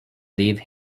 leave